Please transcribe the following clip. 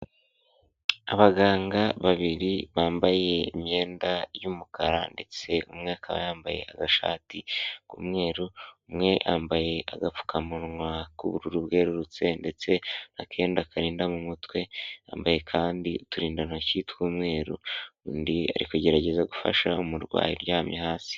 Abaganga babiri bambaye imyenda y'umukara, ndetse umwe akaba yambaye agashati k'umweru, umwe yambaye agapfukamunwa k'ubururu bwerurutse, ndetse akenda karinda mu mutwe , yambaye kandi uturindantoki tw'umweru, undi ari kugerageza gufasha umurwayi uryamye hasi.